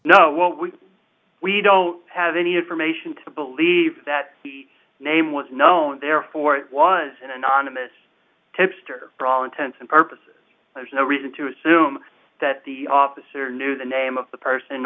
dormant well we we don't have any information to believe that the name was known therefore it was an anonymous tipster for all intents and purposes there's no reason to assume that the officer knew the name of the person